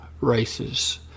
races